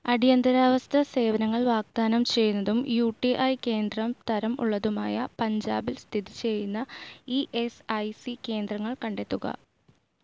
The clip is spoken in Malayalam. അടിയന്തരാവസ്ഥ സേവനങ്ങൾ വാഗ്ദാനം ചെയ്യുന്നതും യു ടി ഐ കേന്ദ്രതരം ഉള്ളതുമായ പഞ്ചാബിൽ സ്ഥിതി ചെയ്യുന്ന ഇ എസ് ഐ സി കേന്ദ്രങ്ങൾ കണ്ടെത്തുക